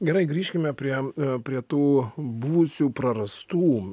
gerai grįžkime prie prie tų buvusių prarastų